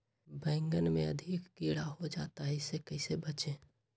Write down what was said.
बैंगन में अधिक कीड़ा हो जाता हैं इससे कैसे बचे?